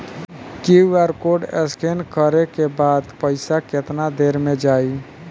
QR code scan न करे क बाद पइसा केतना देर म जाई?